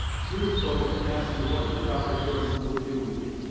judith told me to ask you what you thought the hurons would do with you,